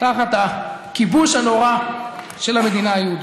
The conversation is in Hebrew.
תחת הכיבוש הנורא של המדינה היהודית.